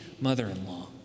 mother-in-law